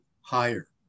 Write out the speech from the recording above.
higher